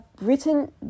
written